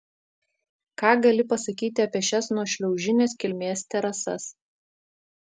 ką gali pasakyti apie šias nuošliaužinės kilmės terasas